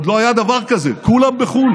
עוד לא היה דבר כזה, כולם בחו"ל.